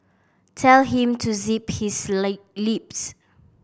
tell him to zip his lips